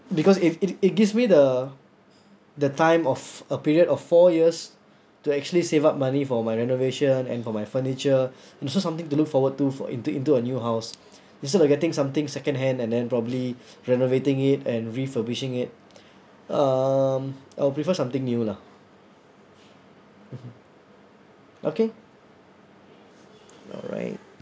because if it it gives me the the time of a period of four years to actually save up money for my renovation and for my furniture and also something to look forward to for into into a new house instead of getting something second hand and then probably renovating it and refurbishing it um I'll prefer something new lah mmhmm okay alright